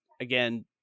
again